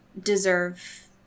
deserve